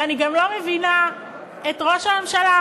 ואני גם לא מבינה את ראש הממשלה,